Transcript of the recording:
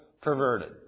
perverted